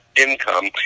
income